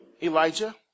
Elijah